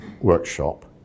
workshop